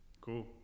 cool